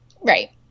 Right